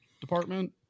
department